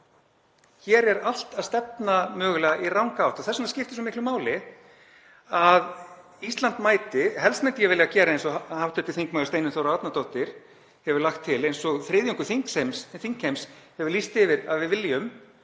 Hér er allt að stefna mögulega í ranga átt. Þess vegna skiptir svo miklu máli að Ísland mæti. Helst myndi ég vilja gera eins og hv. þm. Steinunn Þóra Árnadóttir hefur lagt til, eins og þriðjungur þingheims hefur lýst því yfir að við viljum,